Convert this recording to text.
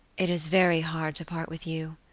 it is very hard to part with you,